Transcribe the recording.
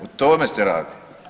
O tome se radi.